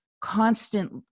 constant